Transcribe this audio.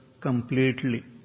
completely